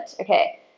okay